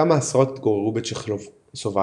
כמה עשרות התגוררו בצ'כוסלובקיה.